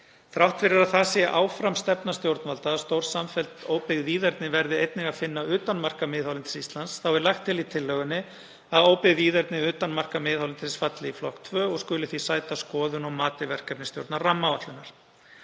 Þrátt fyrir að það sé áfram stefna stjórnvalda að stór samfelld óbyggð víðerni verði einnig að finna utan marka miðhálendis Íslands þá er lagt til í tillögunni að óbyggð víðerni utan marka miðhálendisins falli í flokk 2 og skuli því sæta skoðun og mati verkefnisstjórnar rammaáætlunar.